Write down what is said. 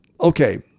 Okay